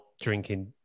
drinking